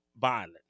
violent